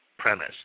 premise